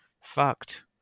fucked